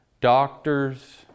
doctors